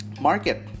market